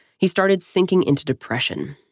he started sinking into depression,